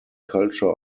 culture